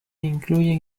incluyen